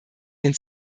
den